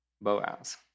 Boaz